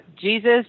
Jesus